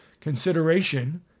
consideration